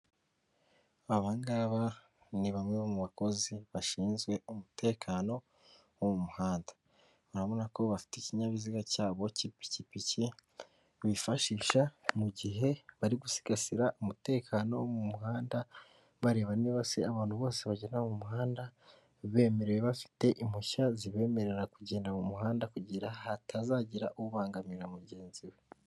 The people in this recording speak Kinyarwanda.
Abangaba ni bamwe mu bakozi bashinzwe umutekano wo mu muhanda urabona ko bafite ikinyabiziga cyabo cy'ipikipiki bifashisha mu gihe bari gusigasira umutekano wo mu muhanda bareba niba se abantu bose bagenda mu muhanda bemerewe bafite impushya zibemerera kugenda mu muhanda kugira hatazagira ubangamira mugenzi we.